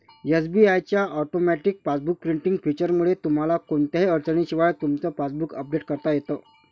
SBI च्या automatic passbook printing फीचरमुळे तुम्हाला कोणत्याही अडचणीशिवाय तुमचं पासबुक अपडेट करता येतं